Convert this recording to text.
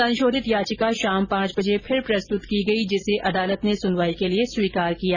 संशोधित याचिका शाम पांच बजे फिर प्रस्तुत की गई जिसे अदालत ने सुनवाई के लिए स्वीकार कर लिया